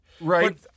Right